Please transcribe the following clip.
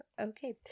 Okay